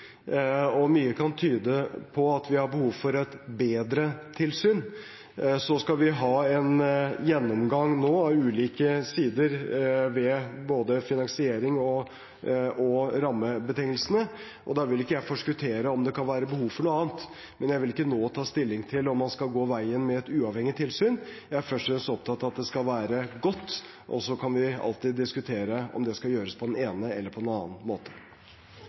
tilsyn. Mye kan tyde på at vi har behov for et bedre tilsyn. Så skal vi nå ha en gjennomgang av ulike sider ved både finansiering og rammebetingelser. Da vil ikke jeg forskuttere om det kan være behov for noe annet. Jeg vil ikke nå ta stilling til om man skal gå veien om et uavhengig tilsyn. Jeg er først og fremst opptatt av at det skal være godt. Så kan vi alltid diskutere om det skal gjøres på den ene eller den andre måten. Stadig flere reagerer på